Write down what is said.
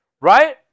right